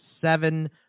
seven